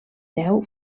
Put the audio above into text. deu